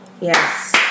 yes